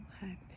happy